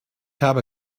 habe